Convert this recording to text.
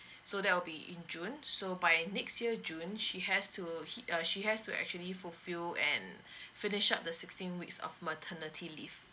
so that will be in june so by next year june she has to hit uh she has to actually fulfill and finish up the sixteen weeks of maternity leave